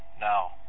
now